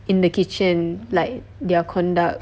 in the kitchen like their conduct